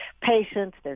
patients